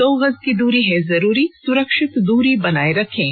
दो गज की दूरी है जरूरी सुरक्षित दूरी बनाए रखें